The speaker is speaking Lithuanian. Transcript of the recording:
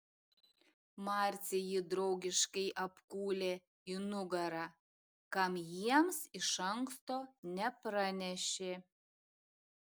marcė jį draugiškai apkūlė į nugarą kam jiems iš anksto nepranešė